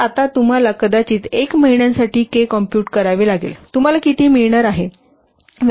तर आता तुम्हाला कदाचित 1 महिन्यासाठी K कॉम्पूट करावे लागेल तुम्हाला किती मिळणार आहे